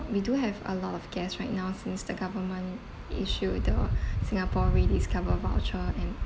we do have a lot of guest right now since the government issued the singapore rediscover voucher and